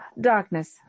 darkness